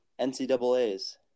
NCAA's